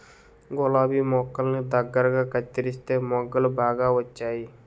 గులాబి మొక్కల్ని దగ్గరగా కత్తెరిస్తే మొగ్గలు బాగా వచ్చేయి